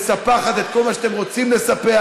ומספחת את כל מה שאתם רוצים לספח,